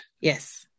Yes